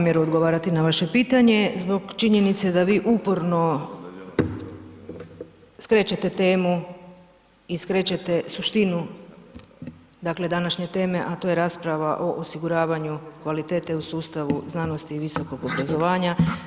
Kolega … [[Govornica se ne razumije]] odgovarati na vaše pitanje zbog činjenice da vi uporno skrećete temu i skrećete suštinu današnje teme, a to je rasprava o osiguravanju kvalitete u sustavu znanosti i visokog obrazovanja.